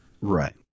Right